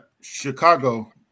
Chicago